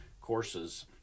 courses